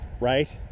right